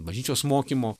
bažnyčios mokymo